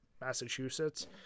massachusetts